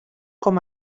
com